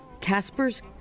Casper's